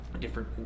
different